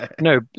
no